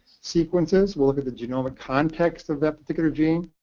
sequences. we'll look at the genomic context of that particular gene.